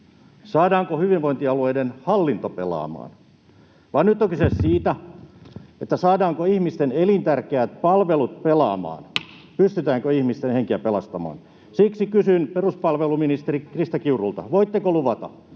saadaanko hyvinvointialueiden hallinto pelaamaan, vaan nyt on kyse siitä, saadaanko ihmisten elintärkeät palvelut pelaamaan, pystytäänkö ihmisten henkiä pelastamaan. Siksi kysyn peruspalveluministeri Krista Kiurulta, voitteko luvata,